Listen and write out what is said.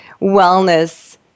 wellness